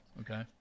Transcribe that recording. okay